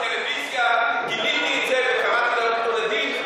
בטלוויזיה גיניתי את זה וקראתי להעמיד אותו לדין,